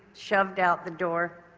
shoved out the door.